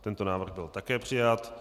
Tento návrh byl také přijat.